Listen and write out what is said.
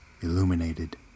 illuminated